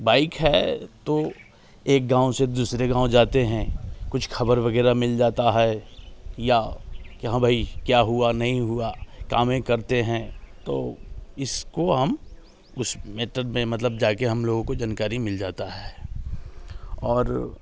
bike है तो एक गाँव से दूसरे गाँव जाते हैं कुछ खबर वगैरह मिल जाता है या कि हाँ भाई क्या हुआ क्या नहीं हुआ काम ही करते हैं तो इसको हम उस मेथड में मतलब जाके हम लोगों को जानकारी मिल जाता है और